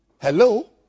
Hello